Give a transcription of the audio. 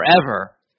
forever